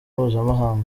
mpuzamahanga